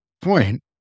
point